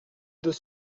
deux